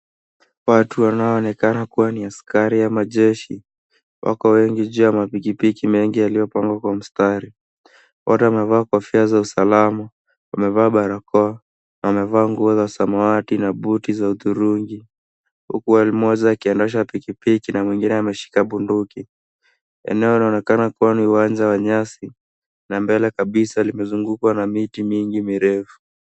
Watu wanaonekana kuwa ni askari ama jeshi. Wako wengi juu ya mapikipiki mengi zilizopangwa kwa mstari. Wote wamevaa kofia za usalama, wamevaa barakoa, wamevaa nguo za samawati na buti za hudhurungi. Huku mmoja akiendesha pikipiki na mwingine ameshika bunduki. Eneo linaonekana kuwa ni uwanja wa nyasi na mbele kabisa limezungukwa na miti mingi mirefu.